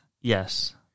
Yes